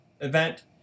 event